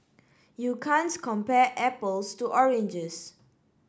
you can't compare apples to oranges